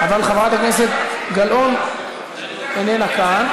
אבל חברת הכנסת גלאון איננה כאן.